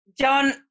John